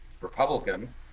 Republican